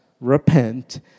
repent